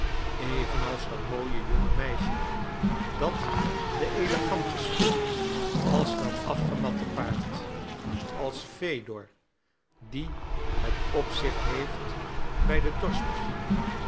evenals dat mooie jonge meisje dat de elegante speelt als dat afgematte paard als fedor die het opzicht heeft bij de